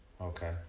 Okay